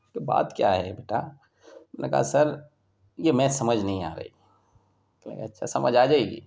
کہ بات کیا ہے بیٹا ہم نے کہا سر یہ میتھ سمجھ نہیں آ رہی کہنے لگے اچھا سمجھ آ جائے گی